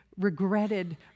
Regretted